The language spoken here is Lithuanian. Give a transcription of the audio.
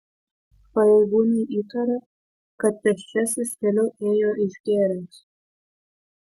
pareigūnai įtaria kad pėsčiasis keliu ėjo išgėręs